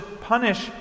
punish